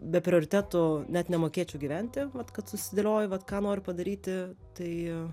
be prioritetų net nemokėčiau gyventi vat kad susidėlioju vat ką noriu padaryti tai